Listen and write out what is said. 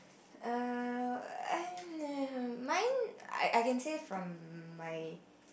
err mine I I can say from my